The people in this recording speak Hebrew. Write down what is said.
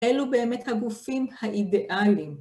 אלו באמת הגופים האידיאליים.